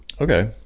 okay